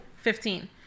Fifteen